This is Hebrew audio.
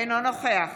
אינו נוכח